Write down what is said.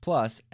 Plus